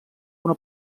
una